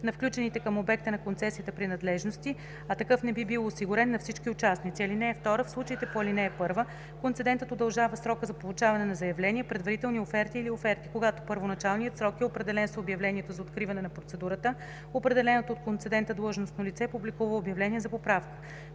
на включените към обекта на концесията принадлежности, а такъв не е бил осигурен на всички участници. (2) В случаите по ал. 1 концедентът удължава срока за получаване на заявления, предварителни оферти или оферти. Когато първоначалният срок е определен с обявлението за откриване на процедурата, определеното от концедента длъжностно лице публикува обявление за поправка.